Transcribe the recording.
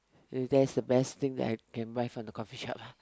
that's the best thing that I can buy from the coffee shop lah